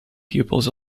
pupils